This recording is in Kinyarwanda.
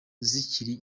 zikiri